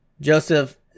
Joseph